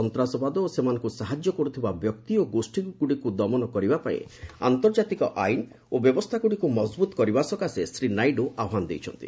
ସନ୍ତାସବାଦ ଓ ସେମାନଙ୍କୁ ସାହାଯ୍ୟ କରୁଥିବା ବ୍ୟକ୍ତି ଓ ଗୋଷ୍ଠୀଗୁଡ଼ିକୁ ଦମନ କରିବା ପାଇଁ ଆନ୍ତର୍ଜାତିକ ଆଇନ୍ ଓ ବ୍ୟବସ୍ଥାଗୁଡ଼ିକୁ ମଜବୁତ କରିବା ସକାଶେ ଶ୍ରୀ ନାଇଡ଼ୁ ଆହ୍ୱାନ ଜଣାଇଛନ୍ତି